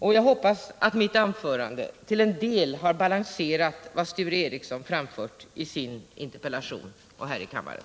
Och jag hoppas att mitt anförande till en del har balanserat vad Sture Ericson framförde i sin interpellation och här i kammaren.